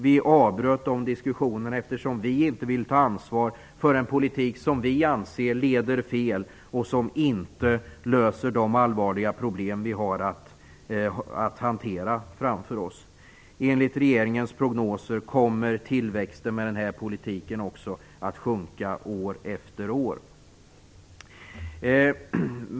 Vi avbröt de diskussionerna, eftersom vi inte vill ta ansvar för en politik som vi anser leder fel och som inte löser de allvarliga problem som vi har att hantera. Enligt regeringens prognoser kommer, också med den här politiken, tillväxten att sjunka år efter år.